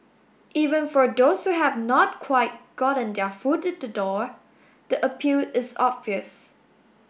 even for those who have not quite gotten their foot the door the appeal is obvious